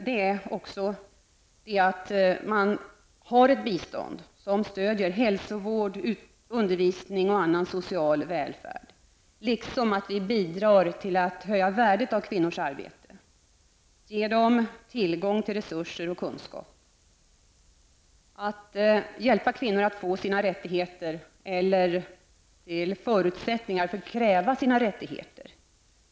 Det är viktigt att ha ett bistånd som stöder hälsovård, undervisning och annan social välfärd, liksom att vi bidrar till att höja värdet av kvinnors arbete. Det kan ske dels genom att ge kvinnorna tillgång till resurser och kunskap, dels genom att hjälpa dem att få sina rättigheter eller förutsättningar för att kräva sina rättigheter.